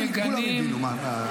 אבל אדוני היושב-ראש ----- אנחנו